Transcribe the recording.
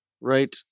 right